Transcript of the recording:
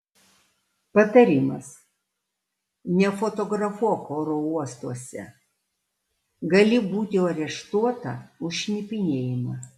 patarimas nefotografuok oro uostuose gali būti areštuota už šnipinėjimą